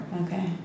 okay